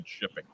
shipping